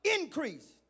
Increase